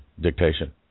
dictation